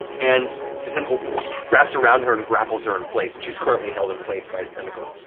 and the tentacle wraps around her and grapples her in place, and she's currently held in place by its tentacle.